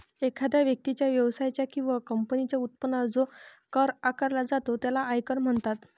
एखाद्या व्यक्तीच्या, व्यवसायाच्या किंवा कंपनीच्या उत्पन्नावर जो कर आकारला जातो त्याला आयकर म्हणतात